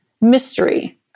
mystery